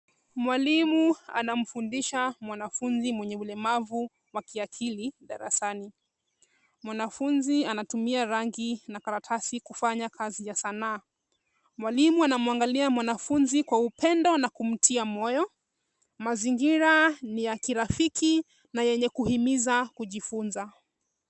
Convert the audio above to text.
Mwalimu anamfundisha mwanafunzi mwenye ulemavu wa kiakili darasani. Mwanafunzi anatumia rangi na karatasi kufanya kazi ya sanaa. Mwalimu anamwangalia mwanafunzi kwa upendo na kumtia moyo. Mazingira ni ya kirafiki na yenye kuhimiza kujifunza.